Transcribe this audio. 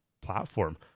platform